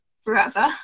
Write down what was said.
forever